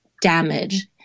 damage